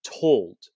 told